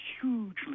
hugely